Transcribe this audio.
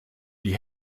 die